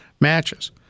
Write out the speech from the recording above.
matches